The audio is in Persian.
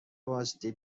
واسطه